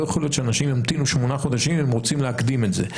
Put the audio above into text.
לא יכול להיות שאנשים ימתינו שמונה חודשים אם הם רוצים להקדים את זה.